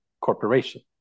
corporation